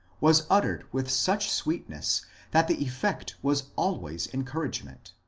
was uttered with such sweetness that the effect was always encouragement.